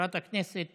חברת הכנסת